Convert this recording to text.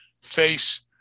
face